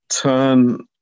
turn